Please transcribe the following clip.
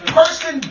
person